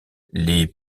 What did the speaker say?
les